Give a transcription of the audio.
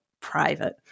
private